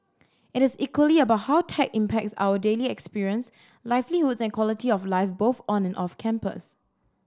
it is equally about how tech impacts our daily experience livelihoods and quality of life both on and off campus